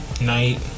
night